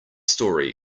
story